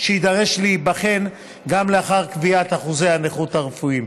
והוא יידרש להיבחן גם לאחר קביעת אחוזי נכות רפואיים,